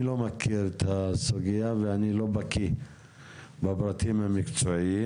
אני לא מכיר את הסוגייה ואני לא בקי בפרטים המקצועיים.